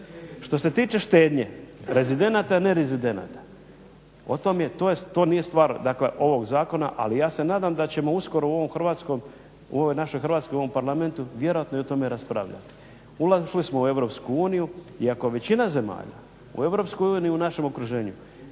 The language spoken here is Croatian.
Što se tiče štednje rezidenata, nerezidenata o tom je, to nije stvar, dakle ovog zakona. Ali ja se nadam da ćemo uskoro u ovom hrvatskom, u ovoj našoj Hrvatskoj i u ovom Parlamentu vjerojatno i o tome raspravljati. Ušli smo u EU i ako većina zemalja u EU u našem okruženju